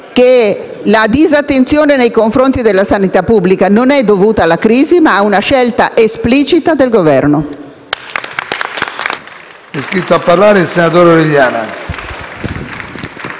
che la disattenzione nei confronti della sanità pubblica non è dovuta alla crisi, ma ad una scelta esplicita del Governo.